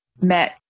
met